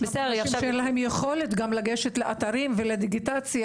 יש אנשים שאין להם יכולת גם לגשת לאתרים ולדיגיטציה,